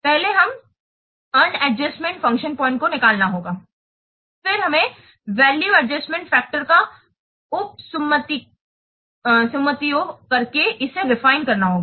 पहले हमें unadjusted function point को निकलना होगा फिर हमें वैल्यू एडजस्टमेंट फैक्टर का उपसुम्मातिओं करके इसे रेफिने करना होगा